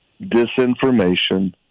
disinformation